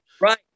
Right